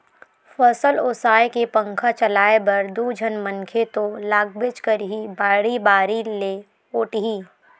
फसल ओसाए के पंखा चलाए बर दू झन मनखे तो लागबेच करही, बाड़ी बारी ले ओटही